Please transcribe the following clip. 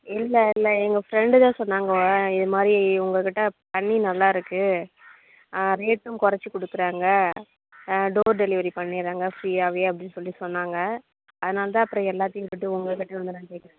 இல்லை இல்லை எங்கள் ஃபிரெண்ட் தான் சொன்னாங்க இது மாதிரி உங்கள்கிட்ட தண்ணி நல்லா இருக்கு ரேட்டும் குறச்சு கொடுக்குறாங்க டோர் டெலிவரி பண்ணிறாங்க ஃப்ரீயாகவே அப்படினு சொல்லி சொன்னாங்க அதனால தான் அப்புறோ எல்லார்ட்டையும் கேட்டு உங்கள்கிட்ட வந்து நான் கேட்குறேன்